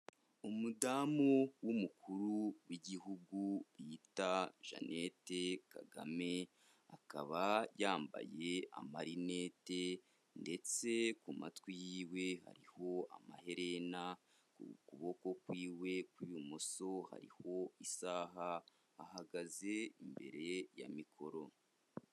Umudamu w'umukuru w'igihugu bita Jeannette Kagame akaba yambaye amarinete ndetse ku matwi yiwe hariho amaherena, ku kuboko kwiwe kw'ibumoso hariho isaha, ahagaze imbere ya mikoro.